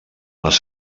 les